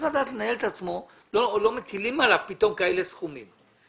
לא מטילים עליו פתאום סכומים כאלה.